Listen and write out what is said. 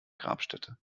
grabstätte